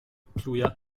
pluje